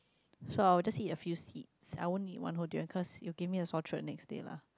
so I will just eat a few seeds I won't eat one whole durian cause it will give me a sore throat the next day lah